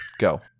Go